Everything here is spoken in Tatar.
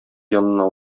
янына